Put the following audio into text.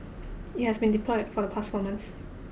it has been deployed for the past four months